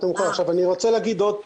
אני רוצה להגיד עוד פעם,